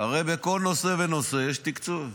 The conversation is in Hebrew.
הרי בכל נושא ונושא יש תקצוב.